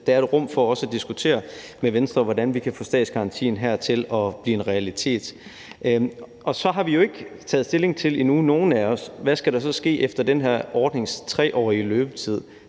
der er et rum for også at diskutere med Venstre om, hvordan vi kan få statsgarantien her til at blive en realitet. Og så har ingen af os jo endnu taget stilling til, hvad der så skal ske efter den her ordnings 3-årige løbetid,